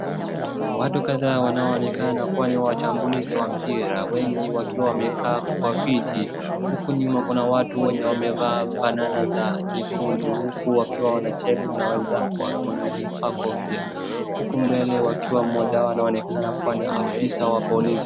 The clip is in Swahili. Watu kadhaa wanaoonekana kuwa ni wachambulizi wa mpira, wengi wakiwa wamekaa kwa viti. Huku nyuma kuna watu wenye wamevaa vanana za nyekundu, huku wakiwa wanacheka na wenzao, mwenye amevaa kofia. Huku mbele wakiwa mmoja wao anaonekana kuwa ni afisa wa polisi.